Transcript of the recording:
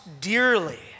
dearly